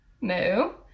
No